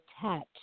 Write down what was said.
attached